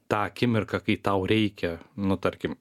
tą akimirką kai tau reikia nu tarkim